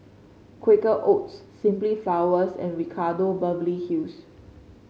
Quaker Oats Simply Flowers and Ricardo Beverly Hills